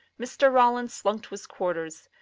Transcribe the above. mr. ralland slunk to his quarters.